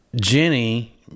Jenny